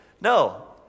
No